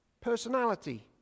personality